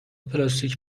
پلاستیک